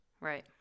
Right